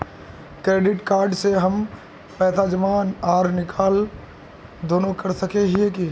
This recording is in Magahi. क्रेडिट कार्ड से हम पैसा जमा आर निकाल दोनों कर सके हिये की?